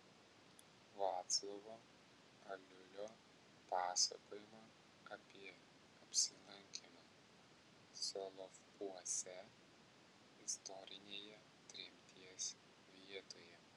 vaclovo aliulio pasakojimą apie apsilankymą solovkuose istorinėje tremties vietoje